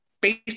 Based